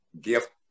gift